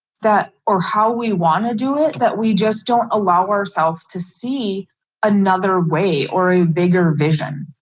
that or how we want to do it that we just don't allow ourselves to see another way or a bigger vision,